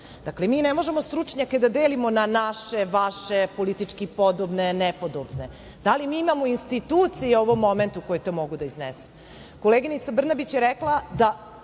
iznese. Mi ne možemo stručnjake da delimo na naše, vaše, politički podobne, nepodobne. Da li mi imamo institucije u ovom momentu koje to mogu da iznesu? Koleginica Brnabić je rekla da